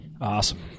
Awesome